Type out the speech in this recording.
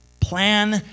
Plan